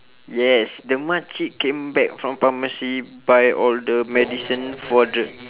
yes the makcik came back from pharmacy buy all the medicine for the